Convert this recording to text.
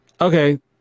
Okay